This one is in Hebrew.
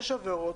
יש עבירות,